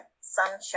sunshine